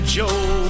joe